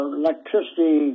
electricity